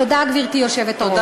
תודה, גברתי היושבת-ראש.